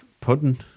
pudding